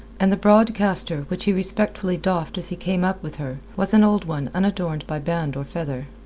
and the broad castor, which he respectfully doffed as he came up with her, was an old one unadorned by band or feather.